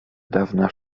dawna